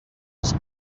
els